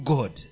God